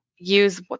use